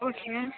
ஓகேங்க